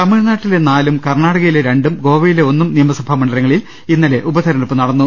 തമിഴ്നാട്ടിലെ നാലും കർണ്ണാടകയിലെ രണ്ടും ഗോവയിലെ ഒന്നും നിയമസഭാ മണ്ഡലങ്ങളിൽ ഇന്നലെ ഉപതെരഞ്ഞെടുപ്പ് നടന്നു